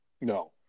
no